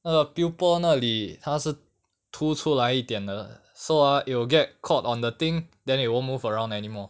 那个 pupil 那里它是凸出来一点的 so ah it will get caught on the thing then it won't move around anymore